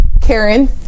Karen